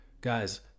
guys